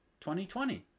2020